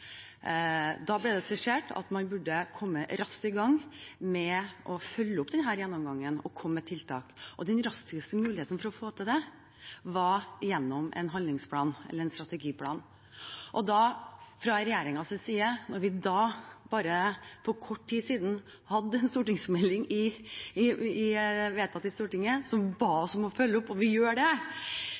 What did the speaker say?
Da ble det skissert at man burde komme raskt i gang med å følge opp denne gjennomgangen og komme med tiltak. Den raskeste muligheten for å få til det, var gjennom en handlingsplan eller en strategiplan. Da vi fra regjeringens side for bare kort tid siden fikk vedtatt en stortingsmelding i Stortinget, som bad oss om å følge opp, og vi gjør det,